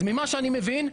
ממה שאני מבין,